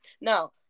Now